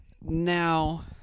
Now